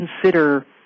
consider